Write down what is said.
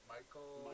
Michael